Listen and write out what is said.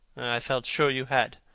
i felt sure you had.